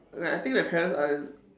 like I think that parents are